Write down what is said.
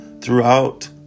throughout